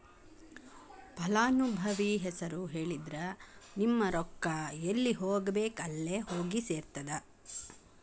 ಫಲಾನುಭವಿ ಹೆಸರು ಹೇಳಿದ್ರ ನಿಮ್ಮ ರೊಕ್ಕಾ ಎಲ್ಲಿ ಹೋಗಬೇಕ್ ಅಲ್ಲೆ ಹೋಗಿ ಸೆರ್ತದ